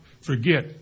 forget